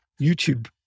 youtube